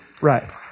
Right